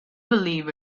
believe